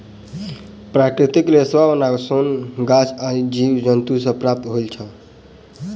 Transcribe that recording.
प्राकृतिक रेशा वा सोन गाछ आ जीव जन्तु सॅ प्राप्त होइत अछि